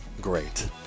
great